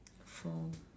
for